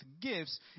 gifts